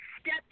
step